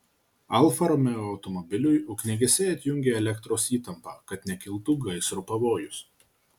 alfa romeo automobiliui ugniagesiai atjungė elektros įtampą kad nekiltų gaisro pavojus